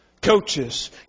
Coaches